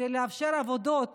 כדי לאפשר עבודות